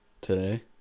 Today